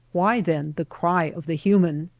why then the cry of the human?